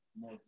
more